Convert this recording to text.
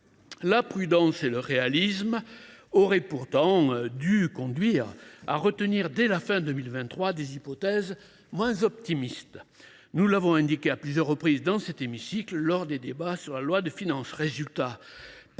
La prudence et le réalisme auraient pourtant dû conduire à retenir, dès la fin de 2023, des hypothèses moins optimistes. Nous l’avons indiqué à plusieurs reprises dans cet hémicycle lors des débats sur la loi de finances.